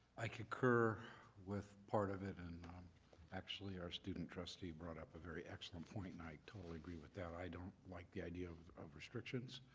i concur with part of it and actually our student trustee brought up a very excellent point and i totally agree with that. i don't like the idea of of restrictions.